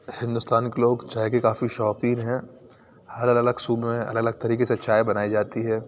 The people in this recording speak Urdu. ہندوستان کے لوگ چائے کے کافی شوقین ہیں ہر الگ صوبے میں الگ الگ طریقے سے چائے بنائی جاتی ہے